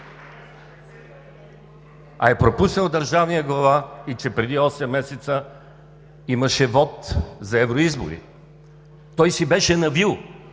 А е пропуснал държавният глава и че преди осем месеца имаше вот за евроизбори. Той си беше навил